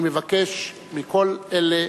אני מבקש מכל אלה